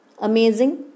amazing